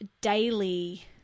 daily